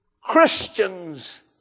Christians